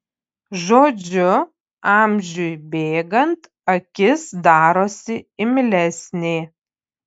žodžiu amžiui bėgant akis darosi imlesnė